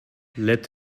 let